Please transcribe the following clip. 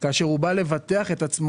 יש לו בעיה כאשר הוא בא לבטח את עצמו.